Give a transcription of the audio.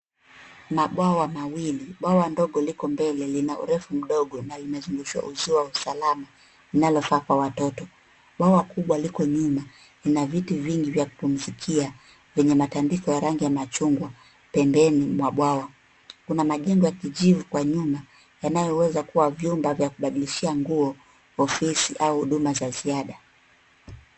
Mabwawa mawili, bwawa ndogo liko mbele lina urefu mdogo na limezungusha uzio wa usalama linalofa kwa watoto. Mawe kubwa liko nyuma. Lina viti vingi vya kupumzikia wenye matandiko ya rangi ya chungwa pembeni mwa bwawa. Kuna majengo ya kijivu Kwa nyuma yanayoweza kuwa vyumba vya kubaddilishia nguo, ofisi au huduma za ziada.